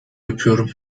yapıyorum